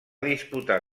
disputar